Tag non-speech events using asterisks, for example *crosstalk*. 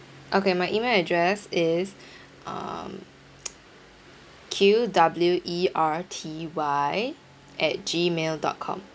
okay my email address is um *noise* Q W E R T Y at gmail dot com